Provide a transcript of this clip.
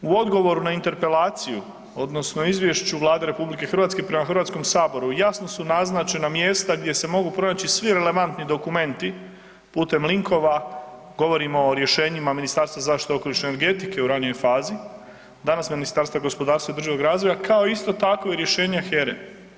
U odgovoru na interpelaciju odnosno izvješću Vlade RH prema HS jasno su naznačena mjesta gdje se mogu pronaći svi relevantni dokumenti putem linkova, govorimo o rješenjima Ministarstva zaštite okoliša i energetike u ranijoj fazi, danas Ministarstva gospodarstva i održivog razvoja, kao isto tako i rješenje HERA-e.